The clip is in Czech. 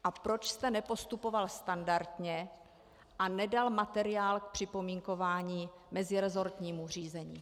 A proč jste nepostupoval standardně a nedal materiál k připomínkování meziresortnímu řízení?